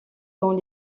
dans